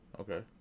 Okay